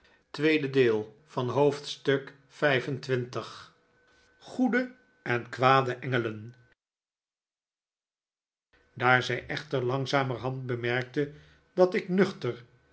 van dronkenschap te verdenken daar zij echter langzamerhand bemerkte dat ik nuchter